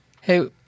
Hey